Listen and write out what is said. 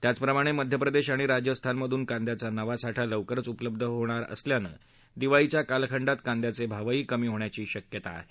त्याचप्रमाणे मध्यप्रदेश आणि राजस्थानमधून कांद्याचा नवा साठा लवकरच उपलब्ध होणार असल्यानं दिवाळीच्या कालखंडात कांद्याचे भावही कमी होण्याची शक्यता आहे